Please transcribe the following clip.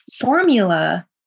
formula